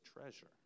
treasure